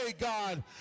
God